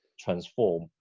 transform